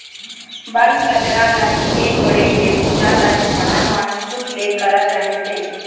बन कचरा ल नींदे कोड़े के बूता ल किसान मन खुद ले करत रिहिस हे